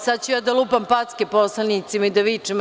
Sad ću ja da lupam packe poslanicima i da vičem.